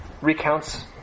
recounts